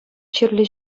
чирлӗ